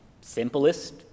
simplest